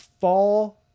fall